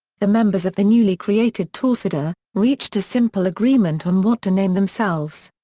the members of the newly created torcida, reached a simple agreement on what to name themselves.